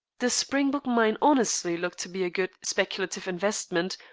the springbok mine honestly looked to be a good speculative investment,